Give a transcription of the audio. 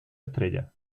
estrella